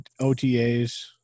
OTAs